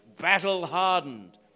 battle-hardened